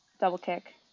double-kick